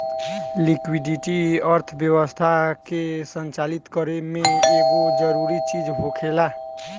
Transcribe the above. liquidity अर्थव्यवस्था के संचालित करे में एगो जरूरी चीज होखेला